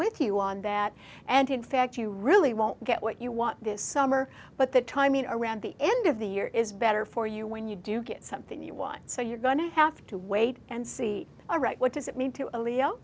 with you on that and in fact you really won't get what you want this summer but the timing around the end of the year is better for you when you do get something you want so you're going to have to wait and see all right what does it mean to a leo